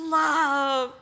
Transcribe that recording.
love